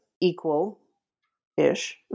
equal-ish